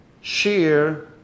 share